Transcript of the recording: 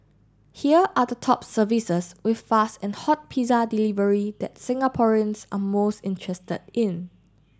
here are the top services with fast and hot pizza delivery that Singaporeans are most interested in